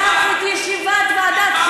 היושבת-ראש, נגמר לה הזמן.